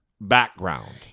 background